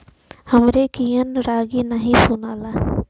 हमरे कियन रागी नही सुनाला